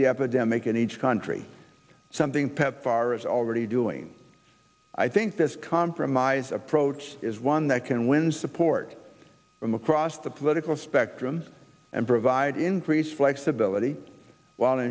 the epidemic in each country something pepfar is already doing i think this compromise approach is one that can win support from across the political spectrum and provide increased flexibility w